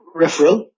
referral